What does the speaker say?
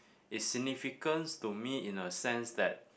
is significance to me in a sense that